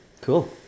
cool